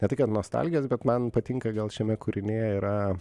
ne tai kad nostalgijos bet man patinka gal šiame kūrinyje yra